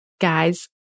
Guys